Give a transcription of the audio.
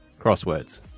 crosswords